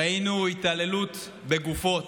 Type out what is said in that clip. ראינו התעללות בגופות,